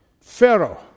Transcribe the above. Pharaoh